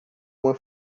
uma